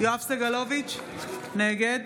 יואב סגלוביץ' נגד